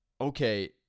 okay